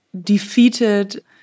defeated